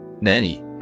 Nanny